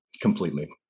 completely